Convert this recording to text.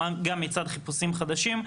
גם מצד חיפושים חדשים.